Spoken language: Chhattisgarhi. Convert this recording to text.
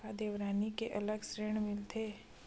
का देवारी के अलग ऋण मिलथे?